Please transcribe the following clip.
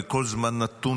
בכל זמן נתון,